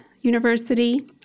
university